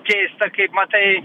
keista kaip matai